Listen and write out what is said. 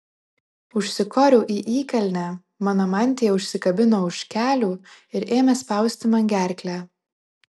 užsikoriau į įkalnę mano mantija užsikabino už kelių ir ėmė spausti man gerklę